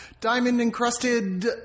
Diamond-encrusted